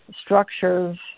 structures